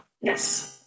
Yes